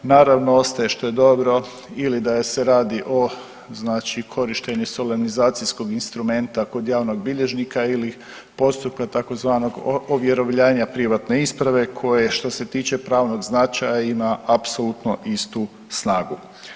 Naravno ostaje što je dobro ili da se radi o znači korištenje solemnizacijskog instrumenta kod javnog bilježnika ili postupka tzv. ovjerovljena privatne isprave koje što se tiče pravnog značaja ima apsolutno istu snagu.